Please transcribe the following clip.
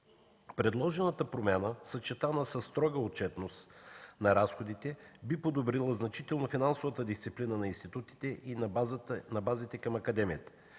Предложената промяна, съчетана със строга отчетност на разходите, би подобрила значително финансовата дисциплина на институтите и на базите към Академията.